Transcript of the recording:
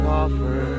offer